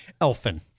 Elfin